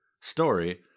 story